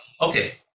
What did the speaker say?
okay